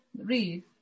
read